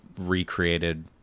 recreated